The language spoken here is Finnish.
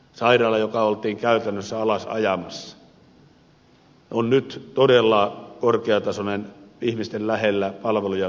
sairaala joka oltiin käytännössä alasajamassa on nyt todella korkeatasoinen ihmisten lähellä palveluja turvaava